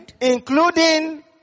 including